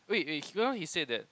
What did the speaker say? wait wait just now he said that